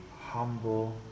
humble